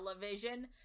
television